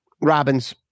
Robin's